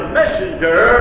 messenger